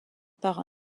par